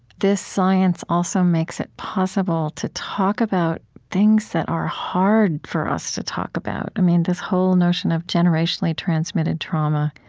this science also makes it possible to talk about things that are hard for us to talk about. this whole notion of generationally transmitted trauma,